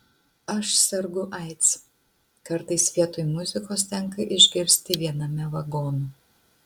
aš sergu aids kartais vietoj muzikos tenka išgirsti viename vagonų